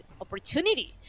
opportunity